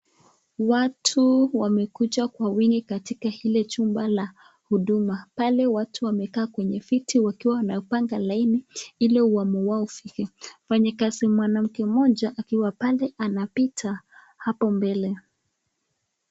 Watu wamekuja kwa wingi katika hile chumba la huduma, pale watu wamekaa kwenye viti wakiwa wanapanga laini hili huamu wao ufike, mfanyikazi mwanamke moja akiwa pale anapita hapo mbele.